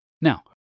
Now